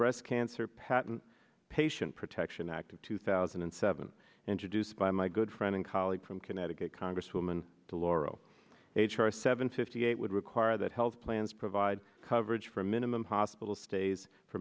cancer patent patient protection act of two thousand and seven introduced by my good friend and colleague from connecticut congresswoman de lauro h r seven fifty eight would require that health plans provide coverage for minimum hospital stays for